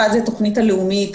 אחת היא התוכנית הלאומית